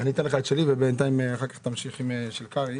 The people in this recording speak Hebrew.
אתן לך את שלי, ובינתיים אחר כך תמשיך עם של קרעי.